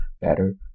better